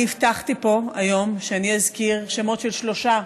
הבטחתי פה שאני אזכיר שמות של שלושה